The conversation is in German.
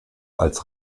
als